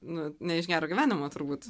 nu ne iš gero gyvenimo turbūt